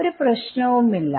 ഒരു പ്രശനവും ഇല്ല